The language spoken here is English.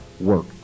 work